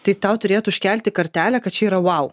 tai tau turėtų užkelti kartelę kad čia yra vau